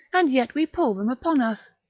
and yet we pull them upon us.